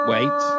Wait